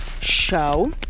show